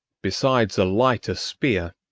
besides a lighter spear,